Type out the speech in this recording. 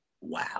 Wow